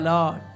Lord